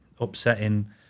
upsetting